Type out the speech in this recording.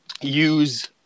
use